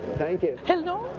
thank you. hello.